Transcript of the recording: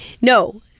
No